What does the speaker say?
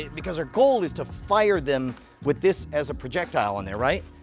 because our goal is to fire them with this as a projectile on there, right?